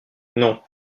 non